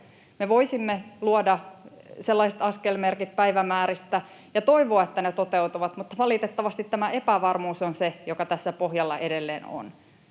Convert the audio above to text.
Me voisimme luoda sellaiset askelmerkit päivämääristä ja toivoa, että ne toteutuvat, mutta valitettavasti tämä epävarmuus on se, joka tässä pohjalla edelleen on.